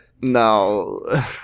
No